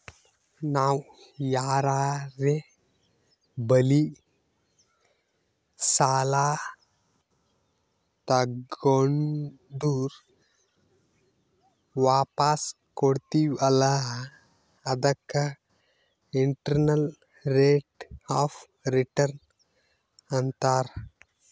ನಾವ್ ಯಾರರೆ ಬಲ್ಲಿ ಸಾಲಾ ತಗೊಂಡುರ್ ವಾಪಸ್ ಕೊಡ್ತಿವ್ ಅಲ್ಲಾ ಅದಕ್ಕ ಇಂಟರ್ನಲ್ ರೇಟ್ ಆಫ್ ರಿಟರ್ನ್ ಅಂತಾರ್